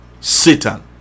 Satan